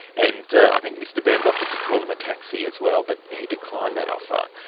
and i think mr byrnes offered to call him a taxi as well, but he declined that offer,